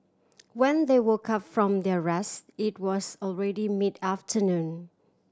when they woke up from their rest it was already mid afternoon